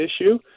issue